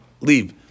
leave